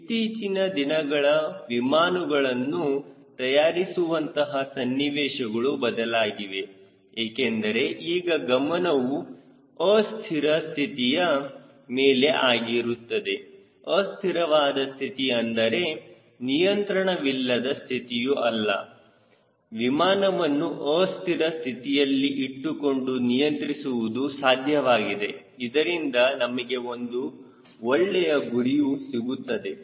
ಇತ್ತೀಚಿನ ದಿನಗಳ ವಿಮಾನಗಳನ್ನು ತಯಾರಿಸುವಂತಹ ಸನ್ನಿವೇಶಗಳು ಬದಲಾಗಿವೆ ಏಕೆಂದರೆ ಈಗ ಗಮನವೂ ಅಸ್ಥಿರ ಸ್ಥಿತಿಯ ಮೇಲೆ ಆಗಿರುತ್ತದೆ ಅಸ್ಥಿರವಾದ ಸ್ಥಿತಿ ಅಂದರೆ ನಿಯಂತ್ರಣವಿಲ್ಲದ ಸ್ಥಿತಿಯು ಅಲ್ಲ ವಿಮಾನವನ್ನು ಅಸ್ಥಿರ ಸ್ಥಿತಿಯಲ್ಲಿ ಇಟ್ಟುಕೊಂಡು ನಿಯಂತ್ರಿಸುವುದು ಸಾಧ್ಯವಾಗಿದೆ ಇದರಿಂದ ನಮಗೆ ಒಂದು ಒಳ್ಳೆಯ ಗುರಿಯು ಸಿಗುತ್ತದೆ